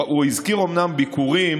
הוא אומנם הזכיר ביקורים